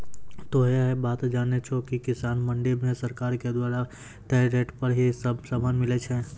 तोहों है बात जानै छो कि किसान मंडी मॅ सरकार के द्वारा तय रेट पर ही सब सामान मिलै छै